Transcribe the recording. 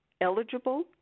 eligible